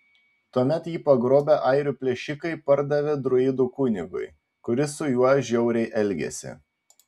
tuomet jį pagrobę airių plėšikai pardavė druidų kunigui kuris su juo žiauriai elgėsi